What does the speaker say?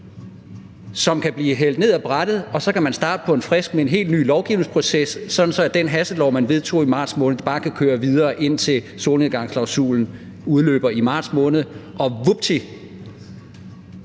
som kunne blive hældt ned ad brættet. Så kan man starte på en frisk med en helt ny lovgivningsproces, sådan at den hastelov, man vedtog i marts måned, bare kan køre videre, indtil solnedgangsklausulen udløber i marts måned. Og vupti!